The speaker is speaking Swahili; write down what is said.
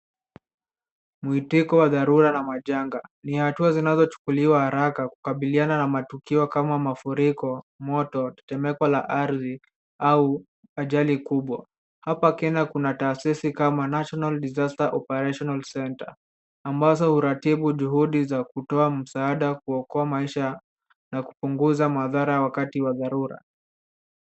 Mwitiko wa dharura na majanga, ni hatua zinazochukuliwa haraka kukabiliana na matukio kama mafuriko, moto, tetemeko la ardhi au ajali kubwa. Hapa kenya kuna taasisi kama National Disaster Operational center ambazo uratibu juhudi za kutoa msaada kuokoa maisha na kupunguza madhara wakati wa dharura.